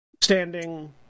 standing